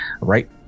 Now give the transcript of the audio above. right